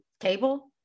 cable